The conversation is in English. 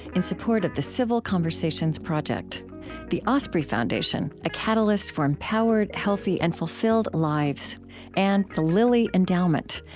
in support of the civil conversations project the osprey foundation a catalyst for empowered, healthy, and fulfilled lives and the lilly endowment,